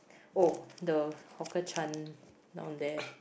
oh the Hawker Chan down there